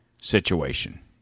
situation